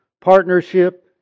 partnership